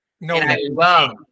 no